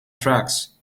tracts